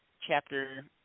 chapter